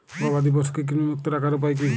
গবাদি পশুকে কৃমিমুক্ত রাখার উপায় কী?